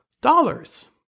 dollars